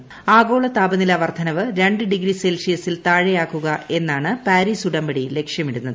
അഗ്ഗോള താപനില വർദ്ധനവ് രണ്ട് ഡിഗ്രി സെൽഷൃസിൽ താഴെയാക്കുക എന്നാണ് പാരീസ് ഉടമ്പടി ലക്ഷ്യമിടുന്നത്